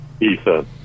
Ethan